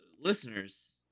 Listeners